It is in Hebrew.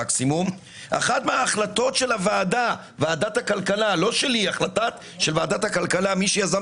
דיון אחת מההחלטות של ועדת הכלכלה לא שלי מי שיזם